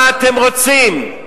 מה אתם רוצים?